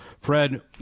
Fred